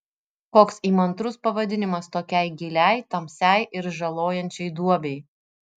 koks įmantrus pavadinimas tokiai giliai tamsiai ir žalojančiai duobei